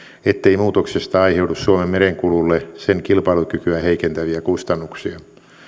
ettei muutoksesta aiheudu suomen merenkululle sen kilpailukykyä heikentäviä kustannuksia